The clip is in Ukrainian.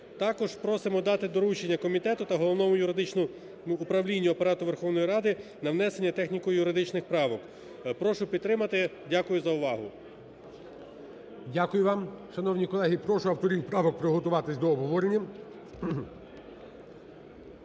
Також просимо дати доручення комітету та Головному юридичному управлінню Апарату Верховної Ради на внесення техніко-юридичних правок. Прошу підтримати. Дякую за увагу. ГОЛОВУЮЧИЙ. Дякую вам. Шановні колеги, прошу авторів правок приготуватись до обговорення.